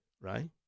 right